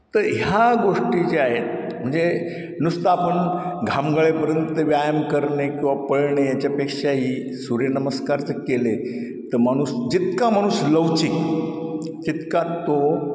तर ह्या गोष्टी ज्या आहेत म्हणजे नुसता आपण घाम गळेपर्यंत व्यायाम करणे किंवा पळणे याच्यापेक्षाही सूर्यनमस्कार जर केले तर माणूस जितका माणूस लवचिक तितका तो